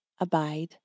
abide